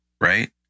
right